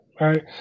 right